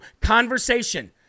Conversation